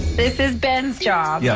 this is ben's job. yeah.